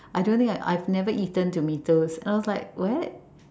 I don't think I've never eaten tomatoes and I was like what